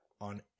on